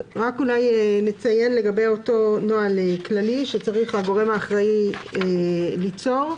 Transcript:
נציין לגבי אותו נוהל כללי שצריך הגורם האחראי ליצור,